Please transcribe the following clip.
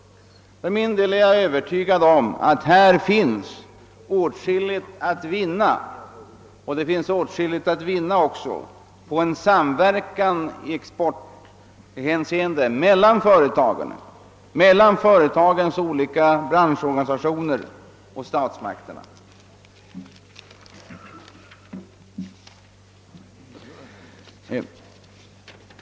För min del är jag övertygad om att det härvidlag finns åtskilligt att vinna liksom också på en samverkan i exporthänseende mellan företagen samt mellan deras olika branschorganisationer och statsmakterna.